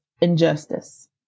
injustice